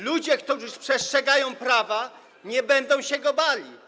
Ludzie, którzy przestrzegają prawa, nie będą się go bali.